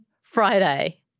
Friday